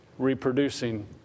reproducing